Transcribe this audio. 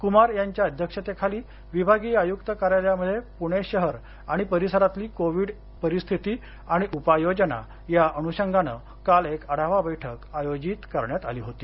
कुमार यांच्या अध्यक्षतेखाली विभागीय आयुक्त कार्यालयामध्ये पुणे शहर आणि परिसरातली कोविड परिस्थिती आणि उपाययोजना या अनुषंगाने काल एक आढावा बैठक आयोजित करण्यात आली होती